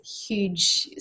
huge